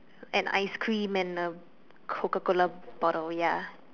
an ice cream and a Coca-Cola bottle ya